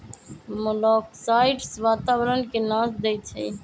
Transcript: मोलॉक्साइड्स वातावरण के नाश देई छइ